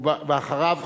ואחריו,